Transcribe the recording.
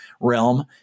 realm